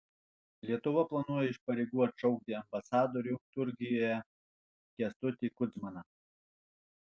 lietuva planuoja iš pareigų atšaukti ambasadorių turkijoje kęstutį kudzmaną